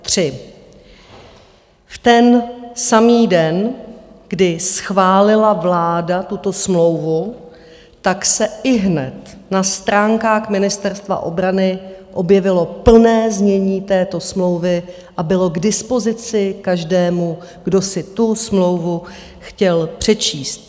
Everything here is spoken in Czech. V ten samý den, kdy schválila vláda tuto smlouvu, se ihned na stránkách Ministerstva obrany objevilo plné znění této smlouvy a bylo k dispozici každému, kdo si tu smlouvu chtěl přečíst.